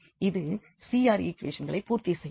இது CR ஈக்குவேஷன்களை பூர்த்தி செய்யும்